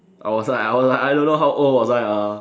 I was like I was like I don't know how old was I uh